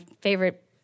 favorite